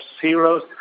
heroes